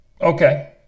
Okay